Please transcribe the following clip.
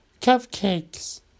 Cupcakes